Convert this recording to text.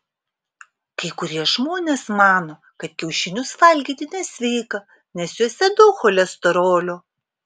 kai kurie žmonės mano kad kiaušinius valgyti nesveika nes juose daug cholesterolio